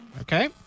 Okay